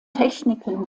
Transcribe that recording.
techniken